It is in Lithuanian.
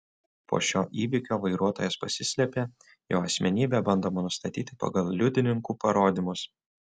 po šio įvykio vairuotojas pasislėpė jo asmenybę bandoma nustatyti pagal liudininkų parodymus